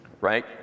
Right